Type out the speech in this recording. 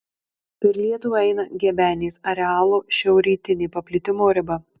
per lietuvą eina gebenės arealo šiaurrytinė paplitimo riba